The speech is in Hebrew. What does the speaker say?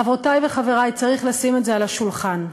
חברותי וחברי, צריך לשים את זה על השולחן.